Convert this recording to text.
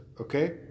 okay